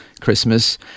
Christmas